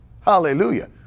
hallelujah